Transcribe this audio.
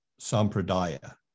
Sampradaya